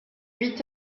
huit